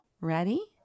Ready